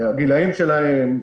הגילאים שלהם,